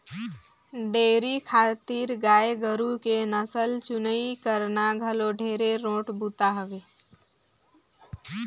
dairy खातिर गाय गोरु के नसल चुनई करना घलो ढेरे रोंट बूता हवे